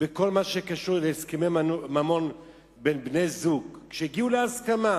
בכל מה שקשור להסכמי ממון בין בני-זוג שהגיעו להסכמה,